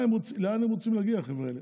לאן הם רוצים להגיע, החבר'ה האלה?